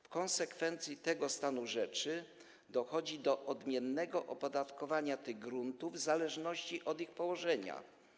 W konsekwencji tego stanu rzeczy dochodzi do odmiennego opodatkowania tych gruntów w zależności od ich położenia.